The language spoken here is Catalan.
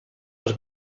els